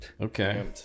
Okay